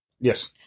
Yes